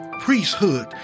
priesthood